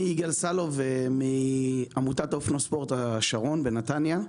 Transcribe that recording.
אני יגאל סאלום מעמותת אופנוספורט השרון, בנתניה.